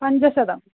पञ्चशतं